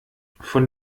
von